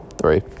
three